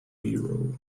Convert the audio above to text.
hero